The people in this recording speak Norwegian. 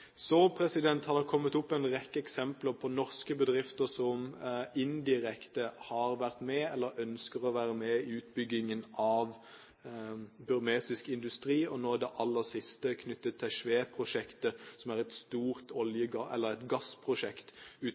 Så har det kommet opp en rekke eksempler på norske bedrifter som indirekte har vært med eller ønsker å være med i utbyggingen av burmesisk industri, nå i det aller siste knyttet til Shwe-prosjektet, som er et gassprosjekt